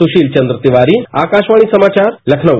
सुशील चंद्र तिवारी आकाशवाणी समाचार लखनऊ